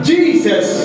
Jesus